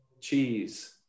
cheese